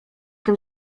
tym